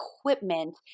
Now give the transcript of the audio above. equipment